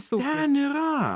ten yra